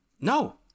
No